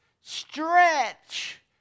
stretch